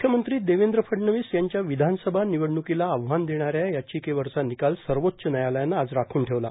मुख्यमंत्री देवेद्र फडणवीस यांच्या विधानसभा निवडणुकीला आव्हान देणाऱ्या याचिकेवरचा निकाल सर्वोच्च न्यायालयानं आज राखून ठेवला